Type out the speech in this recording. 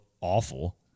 awful